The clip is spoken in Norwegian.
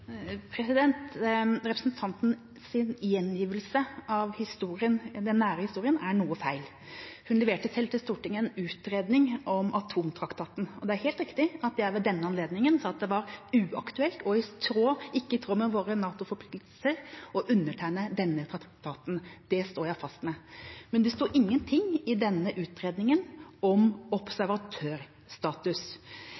gjengivelse av den nære historien er noe feil. Hun leverte selv til Stortinget en utredning om atomtraktaten. Og det er helt riktig at jeg ved den anledning sa at det var uaktuelt og ikke i tråd med våre NATO-forpliktelser å undertegne den traktaten. Det står jeg fast ved. Men det sto ingenting i den utredningen om